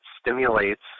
stimulates